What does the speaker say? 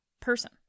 person